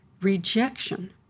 rejection